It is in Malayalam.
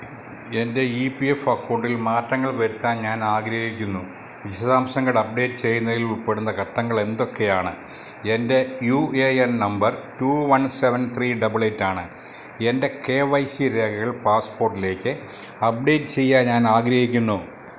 എന്റെ ഈ പീ എഫ് അക്കൗണ്ടിൽ മാറ്റങ്ങൾ വരുത്താൻ ഞാനാഗ്രഹിക്കുന്നു വിശദാംശങ്ങൾ അപ്ഡേറ്റ് ചെയ്യുന്നതിലുൾപ്പെടുന്ന ഘട്ടങ്ങളെന്തൊക്കെയാണ് എന്റെ U A N number two one seven three double എയ്റ്റാണ് എന്റെ കേ വൈ സീ രേഖകൾ പാസ്പ്പോട്ടിലേക്ക് അപ്ഡേറ്റ് ചെയ്യാൻ ഞാനാഗ്രഹിക്കുന്നു